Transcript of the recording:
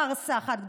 פארסה אחת גדולה.